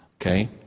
Okay